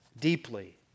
deeply